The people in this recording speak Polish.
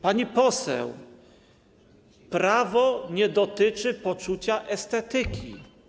Pani poseł, prawo nie dotyczy poczucia estetyki.